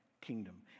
kingdom